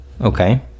Okay